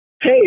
Hey